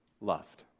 loved